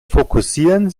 fokussieren